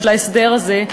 להסדר הזה,